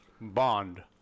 Bond